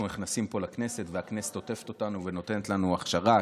אנחנו נכנסים פה לכנסת והכנסת עוטפת אותנו ונותנת לנו הכשרה,